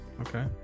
Okay